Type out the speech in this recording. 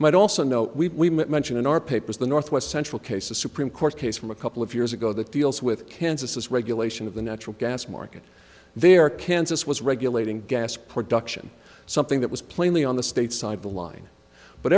might also know we mentioned in our papers the north west central case a supreme court case from a couple of years ago that deals with kansas is regulation of the natural gas market there kansas was regulating gas production something that was plainly on the state side of the line but